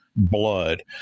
blood